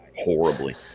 horribly